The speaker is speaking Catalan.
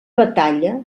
batalla